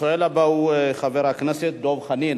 השואל הבא הוא חבר הכנסת דב חנין.